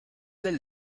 del